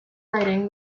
writing